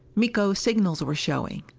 miko's signals were showing!